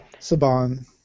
Saban